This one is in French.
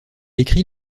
écrit